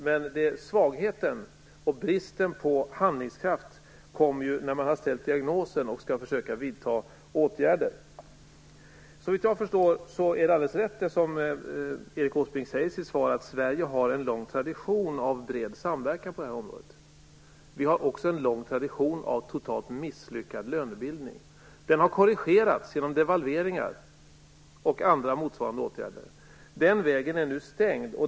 Men svagheten och bristen på handlingskraft visar sig när man har sett diagnosen och skall försöka att vidta åtgärder. Såvitt jag förstår är det alldeles rätt som Erik Åsbrink säger i sitt svar, att Sverige har en lång tradition av bred samverkan på detta område. Vi har också en lång tradition av en totalt misslyckad lönebildning. Detta har korrigerats genom devalveringar och andra motsvarande åtgärder, men den vägen är nu stängd.